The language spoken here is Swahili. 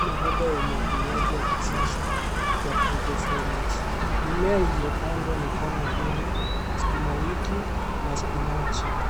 mabomba ya umwagiliaji ya kisasa wa hydrofonics . Mimea iliopandwa ni kama vile sukumawiki na spinachi.